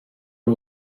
ari